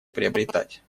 приобретать